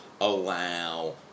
allow